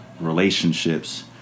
relationships